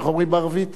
איך בערבית?